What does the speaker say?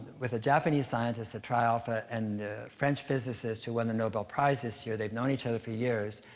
with a japanese scientist at tri alpha and a french physicist who won the nobel prize this year, they've known each other for years,